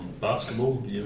Basketball